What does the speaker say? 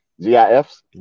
GIFs